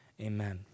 amen